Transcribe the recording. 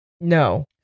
No